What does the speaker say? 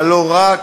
אבל לא רק,